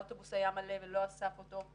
האוטובוס היה מלא ולא אסף אותו,